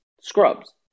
Scrubs